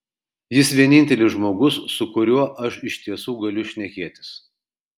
jis vienintelis žmogus su kuriuo aš iš tiesų galiu šnekėtis